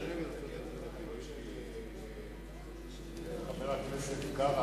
יכול להיות שהוא יצטרך לתקן את התקנות של חבר הכנסת קרא,